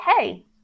hey